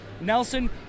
Nelson